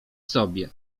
sobie